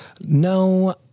No